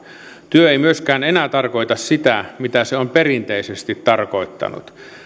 työ ei myöskään enää tarkoita sitä mitä se on perinteisesti tarkoittanut